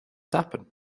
happen